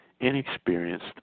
inexperienced